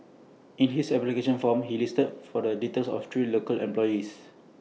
in his application form he listed for the details of three local employees